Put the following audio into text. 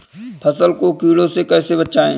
फसल को कीड़ों से कैसे बचाएँ?